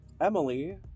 Emily